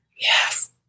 Yes